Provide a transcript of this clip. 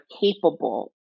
capable